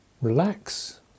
relax